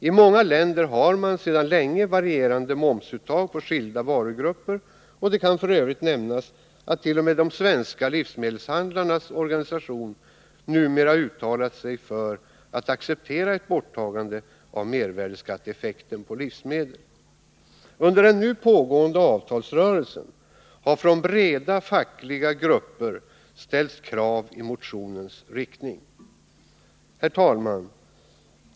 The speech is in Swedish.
I många länder har man sedan länge varierande momsuttag på skilda varugrupper, och det kan f. ö. nämnas att t.o.m. de svenska livsmedelshandlarnas organisation numera uttalat sig för att acceptera ett borttagande av mervärdeskatteeffekten på livsmedel. Under den nu pågående avtalsrörelsen har från breda fackliga grupper ställts krav i motionens riktning. Herr talman!